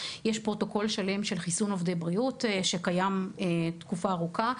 יש פרוטוקול שלם של חיסון עובדי בריאות שקיים תקופה ארוכה.